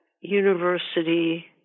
university